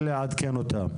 על מנת שנעדכן אותם.